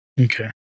Okay